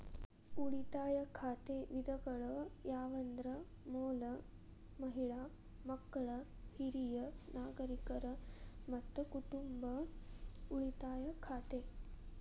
ಉಳಿತಾಯ ಖಾತೆ ವಿಧಗಳು ಯಾವಂದ್ರ ಮೂಲ, ಮಹಿಳಾ, ಮಕ್ಕಳ, ಹಿರಿಯ ನಾಗರಿಕರ, ಮತ್ತ ಕುಟುಂಬ ಉಳಿತಾಯ ಖಾತೆ